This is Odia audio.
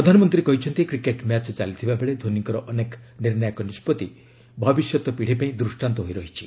ପ୍ରଧାନମନ୍ତ୍ରୀ କହିଛନ୍ତି କ୍ରିକେଟ୍ ମ୍ୟାଚ୍ ଚାଲିଥିବାବେଳେ ଧୋନିଙ୍କର ଅନେକ ନିର୍ଣ୍ଣାୟକ ନିଷ୍କଭି ଭବିଷ୍ୟତ ପିଡ଼ି ପାଇଁ ଦୃଷ୍ଟାନ୍ତ ହୋଇ ରହିଛି